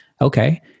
Okay